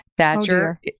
Thatcher